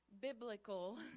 biblical